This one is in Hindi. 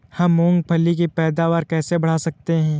हम मूंगफली की पैदावार कैसे बढ़ा सकते हैं?